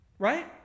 Right